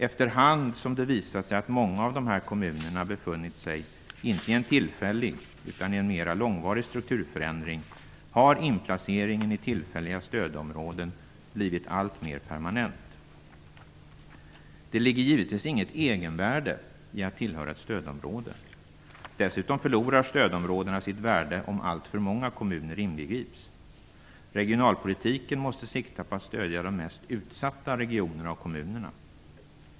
Efter hand som det visade sig att många av de här kommunerna inte bara har befunnit sig i en tillfällig utan i en mera långvarig strukturförändring, har inplaceringen i tillfälliga stödområden blivit alltmer permanent. Det ligger givetvis inget egenvärde i att tillhöra ett stödområde. Dessutom förlorar stödområdena sitt värde om alltför många kommuner inbegrips. Regionalpolitiken måste sikta på att stödja de mest utsatta regionerna och kommunerna.